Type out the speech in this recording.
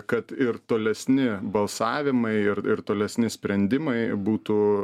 kad ir tolesni balsavimai ir ir tolesni sprendimai būtų